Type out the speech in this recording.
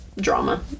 Drama